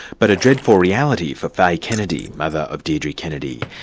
but a dreadful reality for faye kennedy, mother of deidre kennedy.